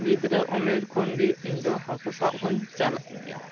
ᱜᱤᱫᱽᱨᱟᱹ ᱩᱢᱮᱹᱨ ᱠᱷᱚᱱ ᱜᱤ ᱤᱧ ᱫᱚ ᱦᱟᱹᱠᱩ ᱥᱟᱵ ᱦᱚᱧ ᱪᱟᱞᱟᱜ ᱜᱮᱭᱟ